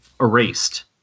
erased